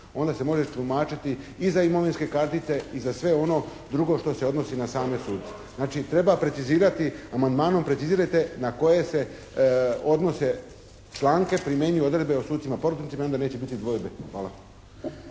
Onda se može tumačiti i za imovinske kartice i za sve ono drugo što se odnosi na same suce. Znači treba precizirati, amandmanom precizirajte na koje se odnose članke primjenjuju odredbe o sucima porotnicima i onda neće biti dvojbe. Hvala.